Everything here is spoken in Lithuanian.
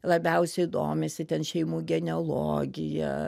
labiausiai domisi ten šeimų genealogija